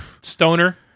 Stoner